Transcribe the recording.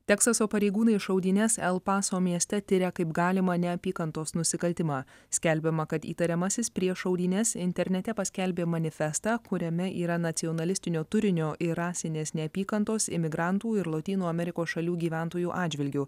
teksaso pareigūnai šaudynes el paso mieste tiria kaip galimą neapykantos nusikaltimą skelbiama kad įtariamasis prieš šaudynes internete paskelbė manifestą kuriame yra nacionalistinio turinio ir rasinės neapykantos imigrantų ir lotynų amerikos šalių gyventojų atžvilgiu